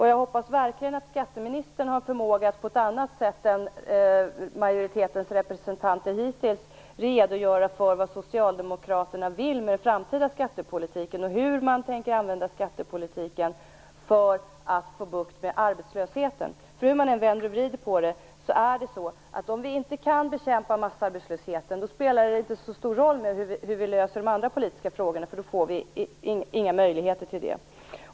Jag hoppas verkligen att skatteministern har förmåga att på annat sätt än majoritetens representanter hittills förmått redogöra för vad Socialdemokraterna vill med den framtida skattepolitiken och hur man tänker använda skattepolitiken för att få bukt med arbetslösheten. Hur man än vänder och vrider på detta så spelar det inte så stor roll hur vi löser de andra politiska frågorna, om vi inte kan bekämpa massarbetslösheten. Vi får ju inga möjligheter till det.